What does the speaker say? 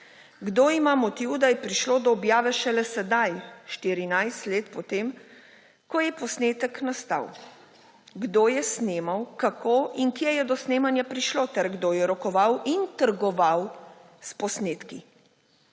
Kdo ima motiv, da je prišlo do objave šele sedaj, 14 let potem ko je posnetek nastal. Kdo je snemal, kako in kje je do snemanja prišlo ter kdo je rokoval in trgoval s posnetki?